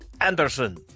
Anderson